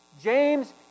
James